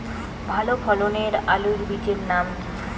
ভালো ফলনের আলুর বীজের নাম কি?